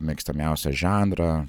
mėgstamiausią žanrą